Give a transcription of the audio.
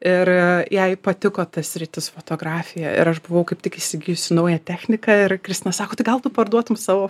ir jai patiko ta sritis fotografija ir aš buvau kaip tik įsigijusi naują techniką ir kristina sako tai gal tu parduotum savo